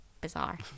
bizarre